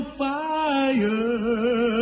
fire